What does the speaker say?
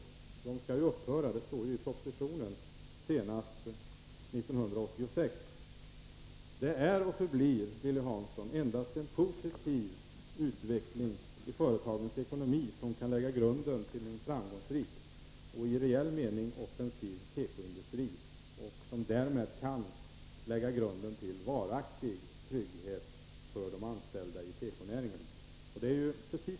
De skall upphöra senast 1986, vilket sägs i propositionen. Det är och förblir, Lilly Hansson, endast en positiv utveckling i företagens ekonomi som kan lägga grunden till en framgångsrik och i reell mening offensiv tekoindustri och därmed för en varaktig trygghet för de anställda i tekonäringen.